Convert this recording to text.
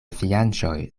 fianĉoj